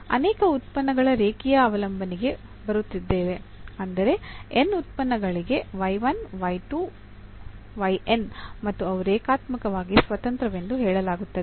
ಅನೇಕ ಉತ್ಪನ್ನಗಳ ರೇಖೀಯ ಅವಲಂಬನೆಗೆ ಬರುತ್ತಿದ್ದೇವೆ ಅಂದರೆ n ಉತ್ಪನ್ನಗಳಿಗೆ ಮತ್ತು ಅವು ರೇಖಾತ್ಮಕವಾಗಿ ಸ್ವತಂತ್ರವೆಂದು ಹೇಳಲಾಗುತ್ತದೆ